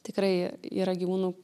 tikrai yra gyvūnų